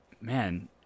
man